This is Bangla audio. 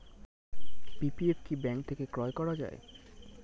পি.পি.এফ কি ব্যাংক থেকে ক্রয় করা যায়?